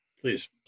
please